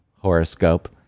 horoscope